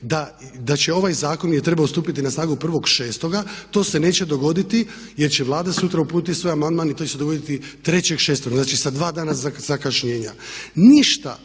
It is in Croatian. da će ovaj zakon, je trebao stupiti na snagu 1.6., to se neće dogoditi jer će Vlada sutra uputiti svoj amandman i to će se dogoditi 3.6. Znači sa dva dana zakašnjenja.